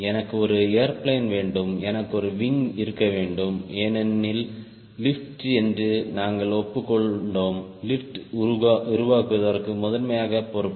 எனக்கு ஒரு ஏர்பிளேன் வேண்டும் எனக்கு ஒரு விங் இருக்க வேண்டும் ஏனெனில் லிப்ட் என்று நாங்கள் ஒப்புக் கொண்டோம் லிப்ட் உருவாக்குவதற்கு முதன்மையாக பொறுப்பு